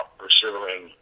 pursuing